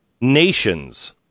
nations